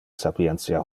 sapientia